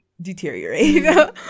deteriorate